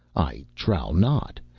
i trow not.